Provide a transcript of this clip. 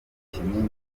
kinini